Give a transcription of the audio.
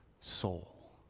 soul